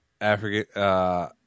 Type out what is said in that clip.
African